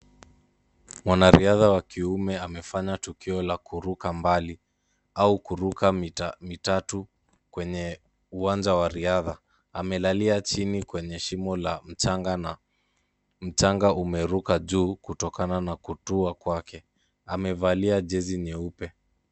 Mwanariadha wa kiume amefanya tukio la kuruka mbali au kuruka mita tatu kwenye uwanja wa riadha, amelalia chini kwenye shimo la mchanga na mchanga umeruka juu kutokana na kutua kwake, amevalia jezi nyeupe.